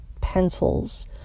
pencils